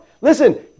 Listen